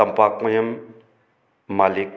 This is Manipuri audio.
ꯇꯝꯄꯥꯛꯃꯌꯨꯝ ꯃꯥꯂꯤꯛ